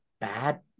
bad